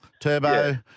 Turbo